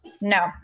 No